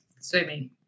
swimming